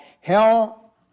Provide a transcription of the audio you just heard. hell